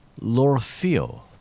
L'Orfeo